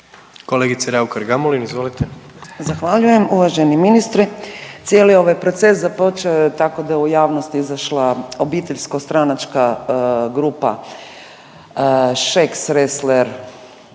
izvolite. **Raukar-Gamulin, Urša (Možemo!)** Zahvaljujem. Uvaženi ministre, cijeli ovaj proces započeo je tako da je u javnost izašla obiteljsko stranačka grupa Šeks, Ressler,